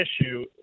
issue